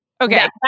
Okay